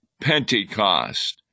Pentecost